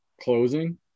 closing